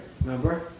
Remember